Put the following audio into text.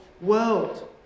world